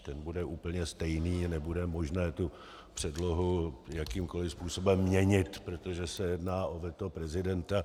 Ten bude úplně stejný, nebude možné tu předlohu jakýmkoliv způsobem měnit, protože se jedná o veto prezidenta.